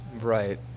right